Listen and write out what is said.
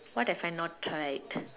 what have I not tried